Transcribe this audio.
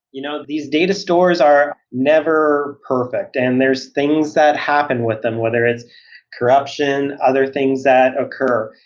you know these data stores are never perfect and there's things that happen with them, whether it's corruption, other things that occur.